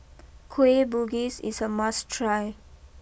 Kueh Gugis is a must try